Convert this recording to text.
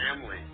family